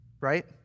Right